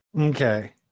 Okay